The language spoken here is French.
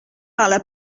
parla